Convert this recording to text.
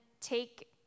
take